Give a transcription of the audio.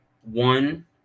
One